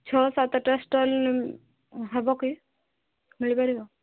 ଛଅ ସାତଟା ଷ୍ଟଲ୍ ହେବ କି ମିଳିପାରିବ